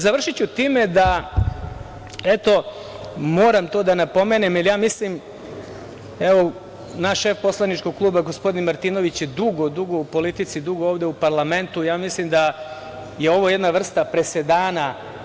Završiću time i moram to da napomenem, jer ja mislim, evo naš šef poslaničkog kluba gospodin Martinović je dugo, dugo u politici i dugo ovde u parlamentu i ja mislim da je ovo jedna vrsta presedana.